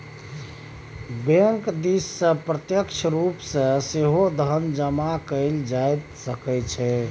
bank दिससँ प्रत्यक्ष रूप सँ सेहो धन जमा कएल जा सकैत छै